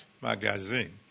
Magazine